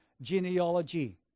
genealogy